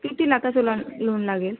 किती लाखांचं loan loan लागेल